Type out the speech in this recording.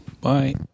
Bye